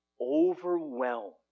overwhelmed